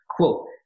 Quote